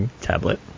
tablet